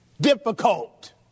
difficult